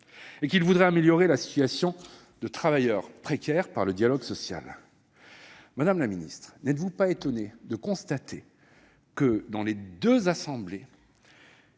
indiquant vouloir améliorer la situation de travailleurs précaires par le dialogue social. Madame la ministre, n'êtes-vous pas étonnée que, dans les deux assemblés,